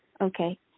Okay